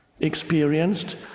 experienced